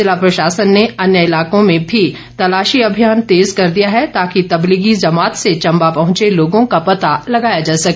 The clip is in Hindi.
जिला प्रशासन ने अन्य इलाकों में भी तलाशी अभियान तेज़ कर दिया है ताकि तबलीगी जमात से चंबा पहुंचे लोगों का पता लगाया जा सके